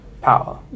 power